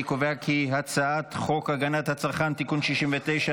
אני קובע כי הצעת חוק הגנת הצרכן (תיקון מס' 69),